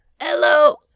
Hello